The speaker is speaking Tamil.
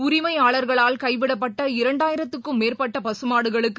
உரிமையாளர்களால் கைவிடப்பட்ட இரண்டாயிரத்துக்கும் மேற்பட்டபகமாடுகளுக்கு